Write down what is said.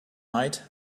night